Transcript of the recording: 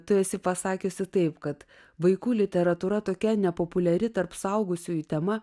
tu esi pasakiusi taip kad vaikų literatūra tokia nepopuliari tarp suaugusiųjų tema